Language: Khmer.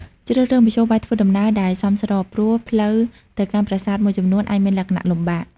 ជ្រើសរើសមធ្យោបាយធ្វើដំណើរដែលសមស្រប ព្រោះផ្លូវទៅកាន់ប្រាសាទមួយចំនួនអាចមានលក្ខណៈលំបាក។